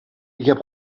heb